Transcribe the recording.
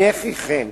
הנה כי כן,